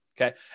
Okay